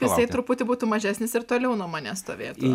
tasai truputį būtų mažesnis ir toliau nuo manęs stovėtų